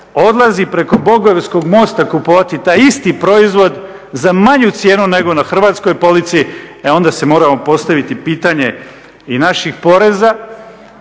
odlazi preko Bogovskog mosta kupovati taj isti proizvod za manju cijenu nego na hrvatskoj polici, e onda si moramo postaviti pitanje i naših poreza